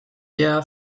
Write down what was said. der